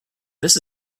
this